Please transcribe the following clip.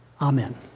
Amen